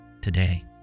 today